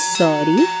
sorry